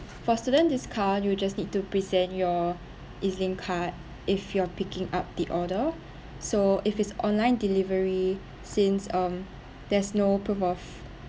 for student discount you just need to present your ezlink card if you are picking up the order so if it's online delivery since um there's no proof of